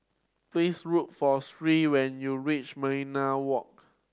please look for Shirl when you reach Millenia Walk